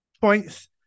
points